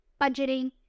budgeting